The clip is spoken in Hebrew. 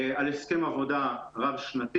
על הסכם עבודה רב-שנתי,